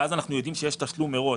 ואז אנחנו יודעים שיש תשלום מראש.